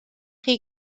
chi